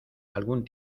algún